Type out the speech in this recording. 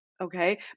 okay